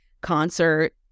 concert